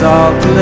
Salt